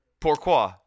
Pourquoi